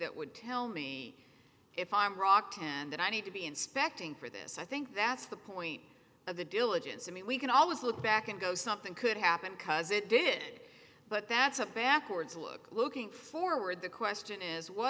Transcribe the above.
that would tell me if i'm rock can that i need to be inspecting for this i think that's the point of the diligence i mean we can always look back and go something could happen because it did it but that's a backwards look looking forward the question is what